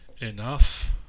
enough